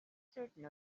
certain